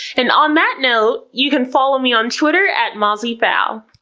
and on that note, you can follow me on twitter at mozziefhal.